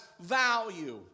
value